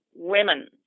women